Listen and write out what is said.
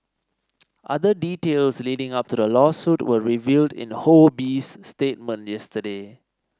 other details leading up to the lawsuit were revealed in Ho Bee's statement yesterday